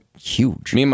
huge